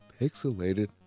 Pixelated